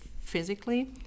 physically